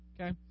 Okay